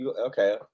Okay